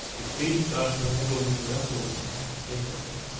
it pleased god to enable me to wrestle with him, as jacob did